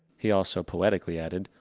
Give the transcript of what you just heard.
he also poetically added,